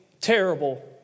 terrible